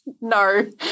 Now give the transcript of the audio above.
No